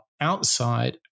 outside